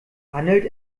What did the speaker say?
handelt